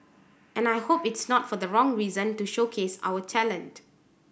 and I hope it is not for the wrong reason to showcase our talent